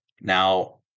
Now